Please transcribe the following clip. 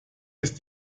ist